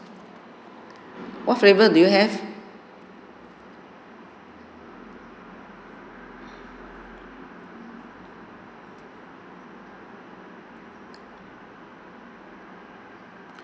what flavors do you have